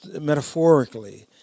metaphorically